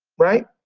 right?